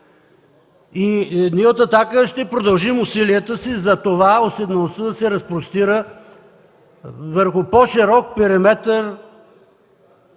Ние от „Атака” ще продължим усилията си за това уседналостта да се разпростира върху по-широк периметър,